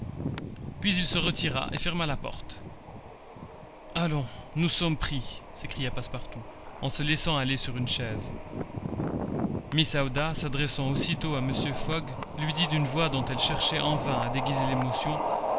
puis il se retira et ferma la porte allons nous sommes pris s'écria passepartout en se laissant aller sur une chaise mrs aouda s'adressant aussitôt à mr fogg lui dit d'une voix dont elle cherchait en vain à déguiser l'émotion